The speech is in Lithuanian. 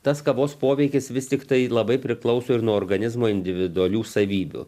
tas kavos poveikis vis tiktai labai priklauso ir nuo organizmo individualių savybių